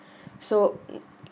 so